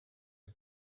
the